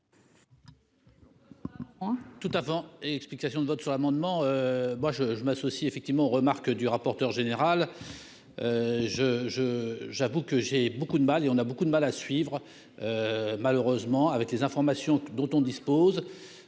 Tout avant et explications de vote sur l'amendement moi je, je m'associe effectivement remarque du rapporteur général je, je, j'avoue que j'ai beaucoup de mal et on a beaucoup de mal à suivre malheureusement avec les informations dont on dispose,